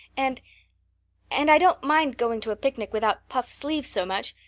and and i don't mind going to a picnic without puffed sleeves so much,